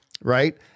right